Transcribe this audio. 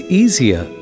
easier